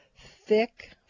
thick